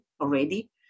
already